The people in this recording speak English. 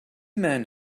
men